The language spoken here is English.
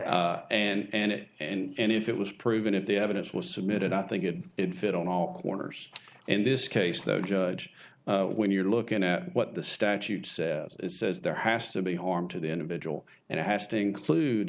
said and it and if it was proven if the evidence was submitted i think it would fit on all corners in this case the judge when you're looking at what the statute says it says there has to be harm to the individual and it has to include